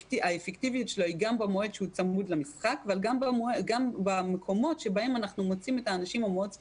האפקטיביות של הנושא היא גם בסמיכות וגם במציאת האנשים שצורכים ספורט.